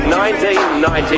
1990